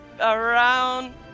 around-